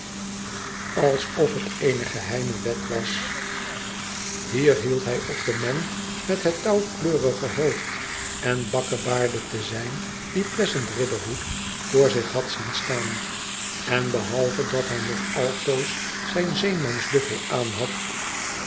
alsof het eene geheime wet was hier hield hij op de man met het touwkleurige hoofd en bakkebaarden te zijn dien pleasant riderhood voor zich had zien staan en behalve dat hij nog altoos zijn zeemans duffel aanhad